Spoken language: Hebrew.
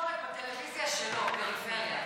שלו פריפריה.